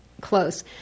close